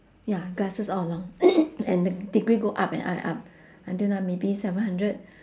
ya glasses all along and the degree go up and up and up until now maybe seven hundred